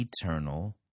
eternal